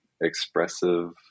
expressive